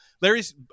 Larry's